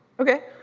okay.